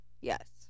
Yes